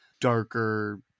darker